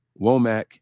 Womack